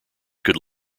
could